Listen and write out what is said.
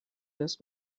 das